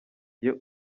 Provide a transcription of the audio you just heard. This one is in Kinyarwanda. iyo